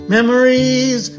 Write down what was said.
Memories